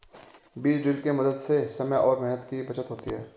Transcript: बीज ड्रिल के मदद से समय और मेहनत की बचत होती है